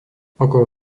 okolo